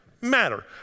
matter